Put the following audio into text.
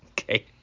Okay